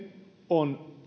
on